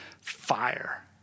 fire